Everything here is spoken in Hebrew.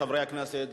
חבר אישי שלי,